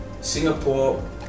Singapore